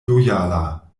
lojala